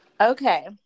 Okay